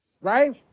right